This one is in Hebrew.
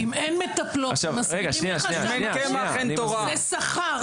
אם אין מטפלות, מסבירים לך שהמהות זה שכר.